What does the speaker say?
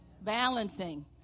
balancing